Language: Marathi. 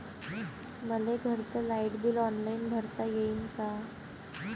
मले घरचं लाईट बिल ऑनलाईन भरता येईन का?